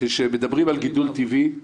כשמדברים על גידול טבעי,